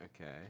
Okay